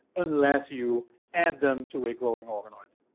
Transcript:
unless you add them to a growing organoid.